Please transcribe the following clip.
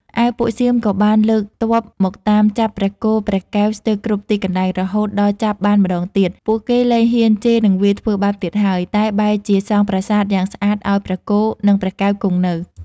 ឯពួកសៀមក៏បានលើកទ័ពមកតាមចាប់ព្រះគោព្រះកែវស្ទើរគ្រប់ទីកន្លែង រហូតដល់ចាប់បានម្ដងទៀត ពួកគេលែងហ៊ានជេរនិងវាយធ្វើបាបទៀតហើយ តែបែរជាសង់ប្រាសាទយ៉ាងស្អាតឲ្យព្រះគោនិងព្រះកែវគង់នៅ។